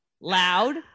loud